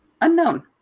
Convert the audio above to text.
Unknown